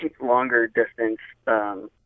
longer-distance